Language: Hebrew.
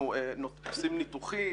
אנחנו עושים ניתוחים.